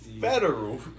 Federal